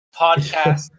podcast